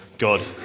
God